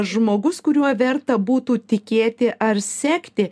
žmogus kuriuo verta būtų tikėti ar sekti